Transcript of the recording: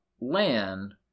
land